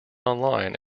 online